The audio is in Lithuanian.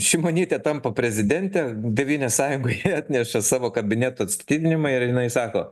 šimonytė tampa prezidente tėvynės sąjungoje atneša savo kabineto atstatydinimą ir jinai sako